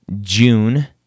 June